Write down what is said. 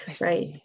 Right